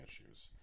issues